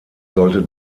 sollte